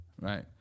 Right